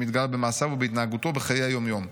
מתגלה במעשיו ובהתנהגותו בחיי היום-יום.